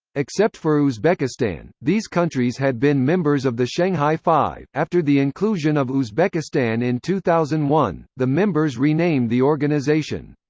except for uzbekistan, these countries had been members of the shanghai five after the inclusion of uzbekistan in two thousand and one, the members renamed the organization.